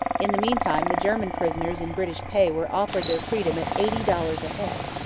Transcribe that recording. in the meantime the german prisoners in british pay were offered their freedom at eighty dollars a head.